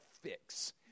fix